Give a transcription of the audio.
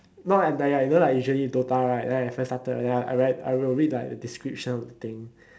not entire you know like usually dota right then I first started then I read I will read like the description of the thing